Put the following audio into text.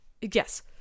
yes